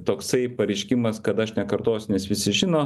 toksai pareiškimas kad aš nekartosiu nes visi žino